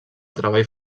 treball